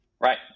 Right